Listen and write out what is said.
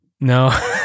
no